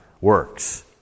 works